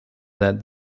that